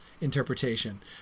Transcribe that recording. interpretation